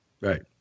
right